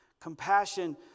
Compassion